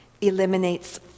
eliminates